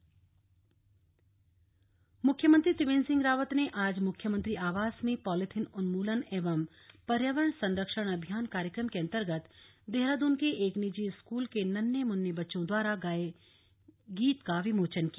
CM विमोचन मुख्यमंत्री त्रिवेन्द्र सिंह रावत ने आज मुख्यमंत्री आवास में पॉलिथीन उन्मूलन एवं पर्यावरण संरक्षण अभियान कार्यक्रम के अन्तर्गत देहरादून के एक निजी स्कूल के नन्हैं मुन्ने बच्चों द्वारा गाये गए गीत का विमोचन किया